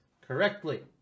correctly